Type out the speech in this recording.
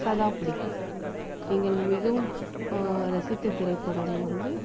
சதா பிடிக்கும் நீங்கள் மிகவும் ரசித்த திரைப்படம் வந்து